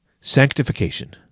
sanctification